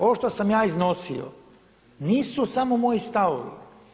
Ovo što sam ja iznosio nisu samo moji stavovi.